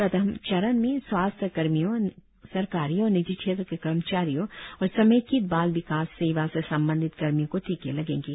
प्रथम चरण में स्वास्थ्य कर्मियों सरकारी और निजी क्षेत्र के कर्मचारियों और समेकित बाल विकास सेवा से संबंधित कर्मियों को टीके लगेंगे